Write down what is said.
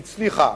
שהצליחה,